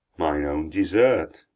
mine own desert.